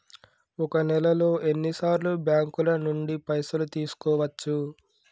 ఒక నెలలో ఎన్ని సార్లు బ్యాంకుల నుండి పైసలు తీసుకోవచ్చు?